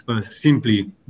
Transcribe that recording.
simply